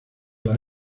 las